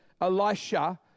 Elisha